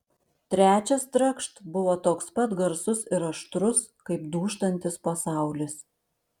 trečias trakšt buvo toks pat garsus ir aštrus kaip dūžtantis pasaulis